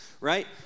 right